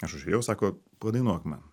aš užėjau sako padainuok man